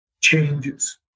changes